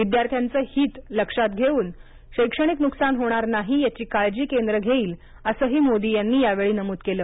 विद्यार्थ्यांचं हित लक्षात घेवून शैक्षणिक नुकसान होणार नाही याची काळजी केंद्र घेईल असंही मोदी यांनी यावेळी नमूद केलं